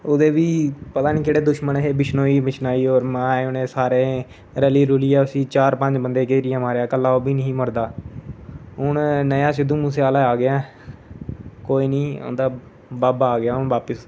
ओह्दे बी पता नेईं केह्ड़े दुश्मन हे बिशनोई बशनाई होर मआए उ'नें सारे रलियै रुलियै उस्सी चार पंज बंदे घेरियै मारेआ कल्ला ओह् बी नेईं ही मरदा हून नेहा सिद्धो मोसेआला आ गेआ ऐ कोई नेईं इं'दा बब्ब आ गेआ हून बापस